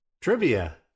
Trivia